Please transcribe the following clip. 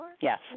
yes